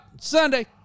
sunday